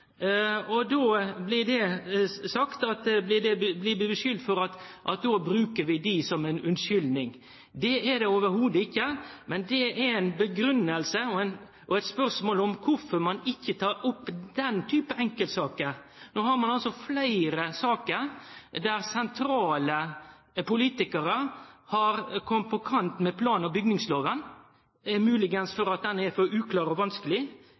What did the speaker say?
det heile ikkje. Men det er ei grunngiving for og eit spørsmål om kvifor ein ikkje tek opp den typen enkeltsaker. No har vi altså fleire saker der sentrale politikarar har kome på kant med plan- og bygningsloven, kanskje fordi han er for uklår og vanskeleg.